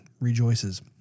rejoices